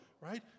Right